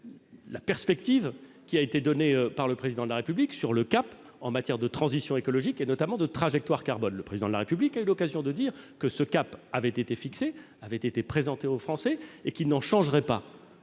la perspective qu'a tracée le Président de la République, sur le cap qu'il a fixé en matière de transition écologique et notamment de trajectoire carbone. Le Président de la République a eu l'occasion de dire que ce cap avait été fixé, avait été présenté aux Français et qu'il n'en changerait pas.